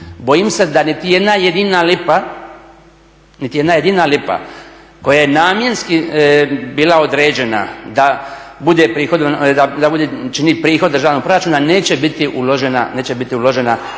lipa, niti jedna jedina lipa koja je namjenski bila određena da bude, da čini prihod državnog proračuna neće biti uložena